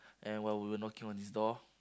and while we were knocking on his door